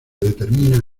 determina